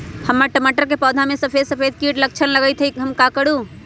हमर टमाटर के पौधा में सफेद सफेद कीट के लक्षण लगई थई हम का करू?